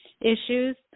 issues